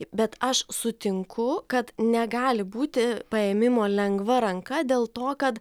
bet aš sutinku kad negali būti paėmimo lengva ranka dėl to kad